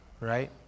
right